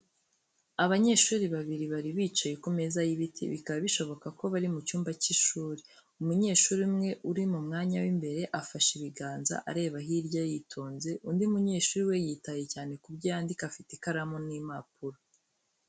Abanyeshuri babiri bari bicaye ku meza y'ibiti, bikaba bishoboka ko bari mu cyumba cy'ishuri. Umunyeshuri umwe uri mu mwanya w'imbere, afashe ibiganza, areba hirya yitonze. Undi munyeshuri we yitaye cyane ku byo yandika, afite ikaramu n'impapuro.